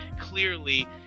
clearly